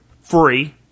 free